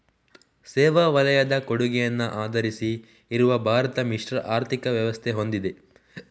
ಸೇವಾ ವಲಯದ ಕೊಡುಗೆಯನ್ನ ಆಧರಿಸಿ ಇರುವ ಭಾರತ ಮಿಶ್ರ ಆರ್ಥಿಕ ವ್ಯವಸ್ಥೆ ಹೊಂದಿದೆ